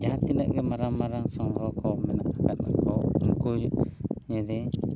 ᱡᱟᱦᱟᱸ ᱛᱤᱱᱟᱹᱜ ᱜᱮ ᱢᱟᱨᱟᱝ ᱢᱟᱨᱟᱝ ᱥᱚᱝᱜᱷᱚ ᱠᱚ ᱢᱮᱱᱟᱜ ᱟᱠᱟᱫ ᱛᱟᱠᱚ ᱩᱱᱠᱩ ᱡᱩᱫᱤ